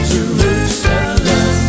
Jerusalem